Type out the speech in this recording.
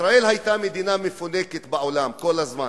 ישראל היתה מדינה מפונקת בעולם כל הזמן,